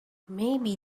maybe